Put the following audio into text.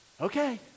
Okay